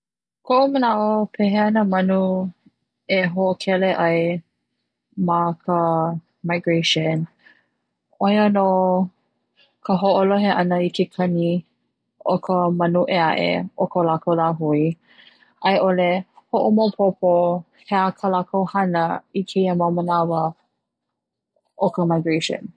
Koʻu manaʻo pehea nā manu e hoʻokele ai ma ka migration ʻoia no ka hoʻolohe ana i ke kani o ka manu ʻe aʻe o ko lākou lāhui, aiʻole hoʻomaopopo he aha ka lākou i keia mau manawa o ka migration.